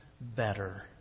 better